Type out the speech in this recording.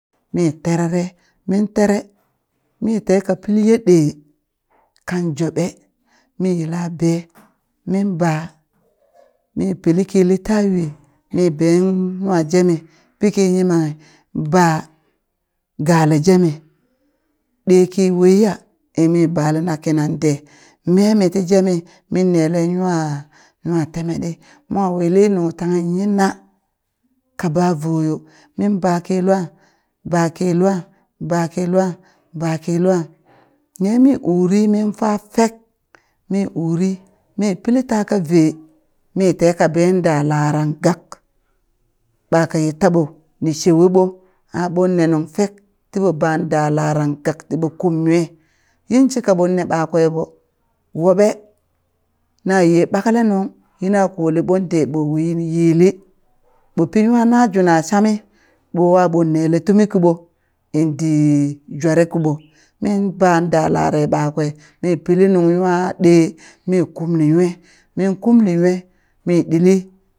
Mi terere min tere mi teka pili ye ɗe kan joɓe mi yila ɓee min ba, mi piliki lita yui mi ben nwa jemi pi kiye yimanghi mba gale jemi ɗee ki waiya mi balena kinan de memi ti jemi min ne nwa temetdi mo wili nung tanghe yina kaba voyo min baki luang baki luang baki luang baki luang ne mi uri min fa fek mi uri mi pili taka vee mi teka be da laran gak ɓaka ye taɓo ni shewe ɓo ɓon ne nung fek tiɓo ban da laran gak tiɓo kum nwe yinshika ɓon ne ɓakwen ɓo woɓe naye ɓakale nung yina koleɓon ɗe ɓo wi yili, ɓo pi nwa najuna shame ɓo wa ɓon nele tumi kiɓon dii jwere kiɓo, min ba ɗa lare ɓakwe mi pili nung nwa ɗee mi kumli nwe min kumli nwe mi ɗili